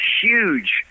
huge